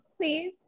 please